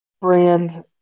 brand